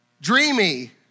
Dreamy